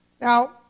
Now